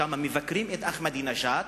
שם מבקרים את אחמדינג'אד,